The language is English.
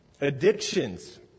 Addictions